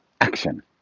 action